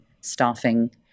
staffing